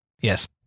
Yes